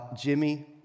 Jimmy